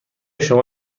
شما